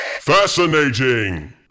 fascinating